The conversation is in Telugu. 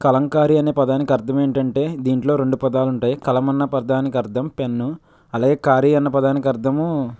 కలంకారీ అనే పదానికి అర్థం ఏంటంటే దీంట్లో రెండు పదాలు ఉంటాయి కలం అన్న పదానికి అర్థం పెన్ను అలాగే కారీ అన్న పదానికి అర్థం